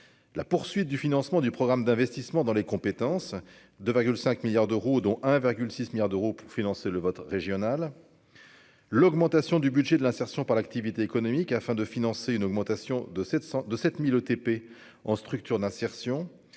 la poursuite du financement du programme d'investissement dans les compétences de 5 milliards d'euros, dont un virgule 6 milliards d'euros pour financer le vote régional, l'augmentation du budget de l'insertion par l'activité économique afin de financer une augmentation de 702 7000 ETP en structures d'insertion,